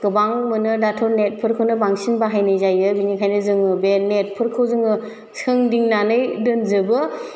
गोबां मोनो दाथ' नेटफोरखौनो बांसिन बाहायनाय जायो बेनिखायनो जोङो बे नेटफोरखौ जोङो सोंदिंन्नानै दोनजोबो